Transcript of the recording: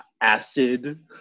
acid